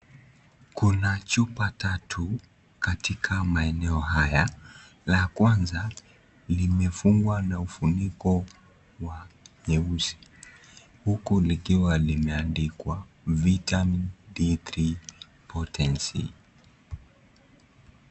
Kuna chupa tatu katika maeneo haya la kwanza limefungwa na ufuniko wa nyeusi huku likiwa limeandikwa vitamin D3 potency .